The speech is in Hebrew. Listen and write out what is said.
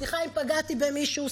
סליחה אם פגעתי במישהו,